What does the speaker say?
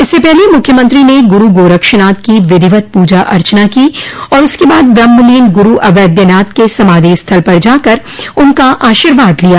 इससे पहले मुख्यमंत्री ने गुरू गोरक्षनाथ की विधिवत पूजा अर्चना की और उसके बाद ब्रहमलीन गुरू अवेद्यानाथ के समाधि स्थल पर जाकर उनका आर्शीवाद लिया